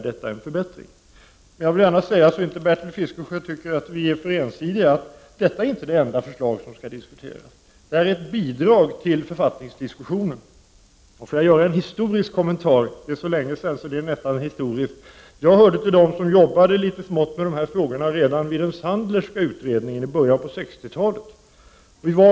Detta är en förbättring. Jag vill säga till Bertil Fiskesjö, för att han inte skall tycka att vi är för ensidiga, att vårt förslag inte är det enda som skall diskuteras — det är ett bidrag till författningsdiskussionen. Låt mig också göra en historisk kommentar — det är så länge sedan att det är nästan historiskt. Jag hörde till dem som arbetade litet smått med dessa frågor redan i samband med den Sandlerska utredningen i början på 60-talet.